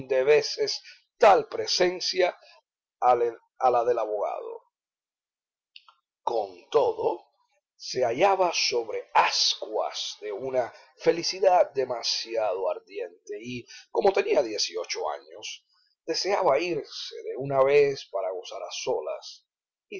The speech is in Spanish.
de veces tal presencia a la del abogado con todo se hallaba sobre ascuas de una felicidad demasiado ardiente y como tenía años deseaba irse de una vez para gozar a solas